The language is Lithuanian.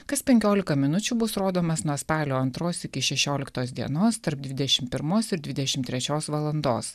kas penkiolika minučių bus rodomas nuo spalio antros iki šešioliktos dienos tarp dvidešim pirmos ir dvidešim trečios valandos